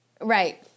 Right